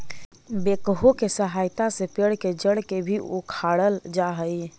backhoe के सहायता से पेड़ के जड़ के भी उखाड़ल जा हई